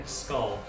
skull